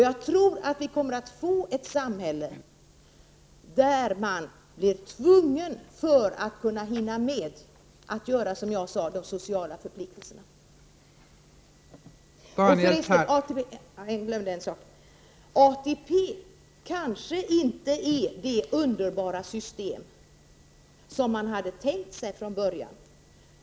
Jag tror att vi kommer att få ett samhälle där man blir tvungen att arbeta endast sex timmar för att hinna med de sociala förpliktelserna. ATP är kanske inte det underbara system man hade tänkt sig från början.